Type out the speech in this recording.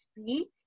speak